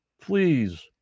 please